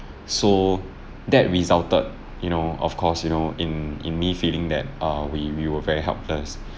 so that resulted you know of course you know in in me feeling that uh we we were very helpless